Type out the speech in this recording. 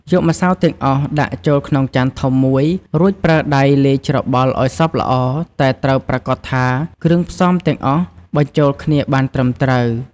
យកម្សៅទាំងអស់ដាក់ចូលក្នុងចានធំមួយ រួចប្រើដៃលាយច្របល់ឱ្យសព្វល្អតែត្រូវប្រាកដថាគ្រឿងផ្សំទាំងអស់បញ្ចូលគ្នាបានត្រឹមត្រួវ។